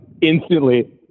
instantly